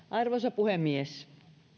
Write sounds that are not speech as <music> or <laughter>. <unintelligible> arvoisa puhemies